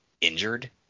injured